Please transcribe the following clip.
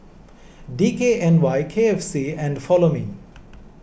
D K N Y K F C and Follow Me